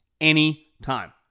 anytime